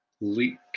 Leak